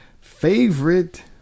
Favorite